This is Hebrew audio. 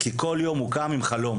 כי כל יום הוא קם עם חלום,